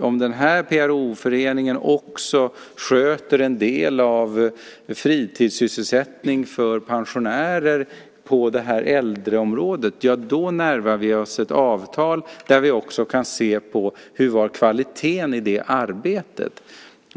om en PRO-förening också sköter en del av fritidssysselsättningen för pensionärer i ett äldreområde. Då närmar vi oss ett avtal där vi också kan titta på hur kvaliteten var i detta arbete.